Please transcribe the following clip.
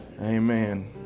Amen